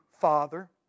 Father